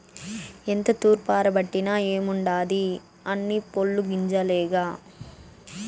ఎంత తూర్పారబట్టిన ఏముండాది అన్నీ పొల్లు గింజలేగా